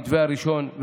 במתווה הראשון,